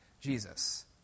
Jesus